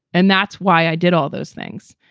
and that's why i did all those things.